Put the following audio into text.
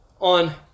on